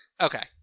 Okay